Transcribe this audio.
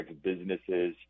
businesses